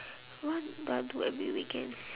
what do I do every weekend